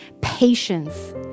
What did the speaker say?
patience